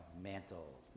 Mantle